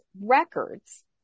records